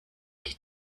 die